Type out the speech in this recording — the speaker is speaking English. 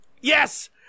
Yes